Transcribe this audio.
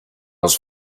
els